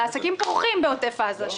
העסקים פורחים בעוטף עזה.